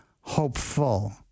hopeful